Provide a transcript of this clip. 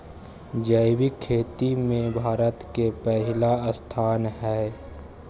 जैविक खेती में भारत के पहिला स्थान हय